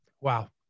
wow